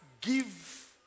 give